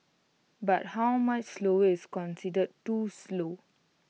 but how much slower is considered too slow